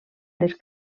les